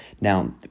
Now